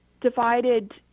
divided